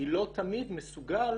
אני לא תמיד מסוגל